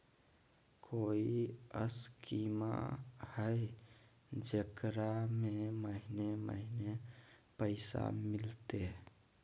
कोइ स्कीमा हय, जेकरा में महीने महीने पैसा मिलते?